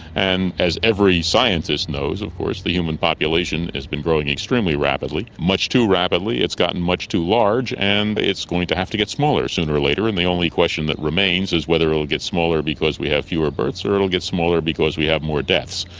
and as every scientist knows of course, the human population has been growing extremely rapidly, much too rapidly, it's gotten much too large, and it's going to have to get smaller sooner or later. and the only question that remains is whether it will get smaller because we have fewer births or it will get smaller because we have more deaths.